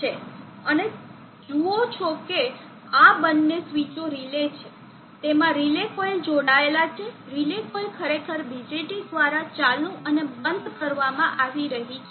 તમે જુઓ છો કે આ બંને સ્વીચો રિલે છે તેમાં રિલે કોઇલ જોડાયેલા છે રિલે કોઇલ ખરેખર BJT દ્વારા ચાલુ અને બંધ કરવામાં આવી છે